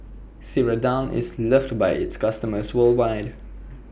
Ceradan IS loved By its customers worldwide